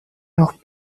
noch